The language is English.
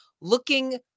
looking